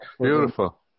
Beautiful